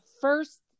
first